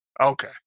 Okay